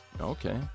okay